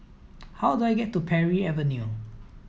how do I get to Parry Avenue